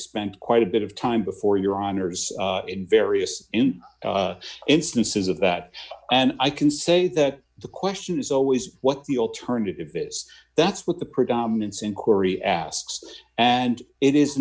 spent quite a bit of time before your honor's in various instances of that and i can say that the question is always what the alternative is that's what the predominance inquiry asks and it is